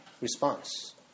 response